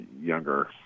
younger